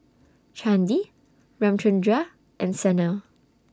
Chandi Ramchundra and Sanal